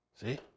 See